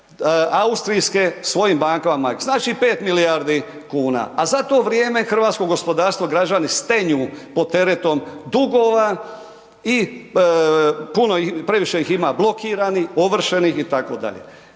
austrijske svojim bankama. Znači 5 milijardi kuna, a za to vrijeme hrvatsko gospodarstvo, građani stenju pod teretom dugova i puno ih, previše ih ima blokiranih, ovršenih itd.